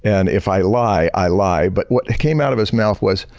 and if i lie, i lie. but what came out of his mouth was,